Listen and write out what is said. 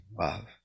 love